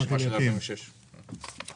שגלוי וידוע לכל הציבור באתר גיידסטר,